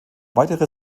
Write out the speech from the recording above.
weitere